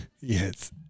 yes